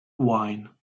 wine